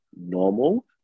normal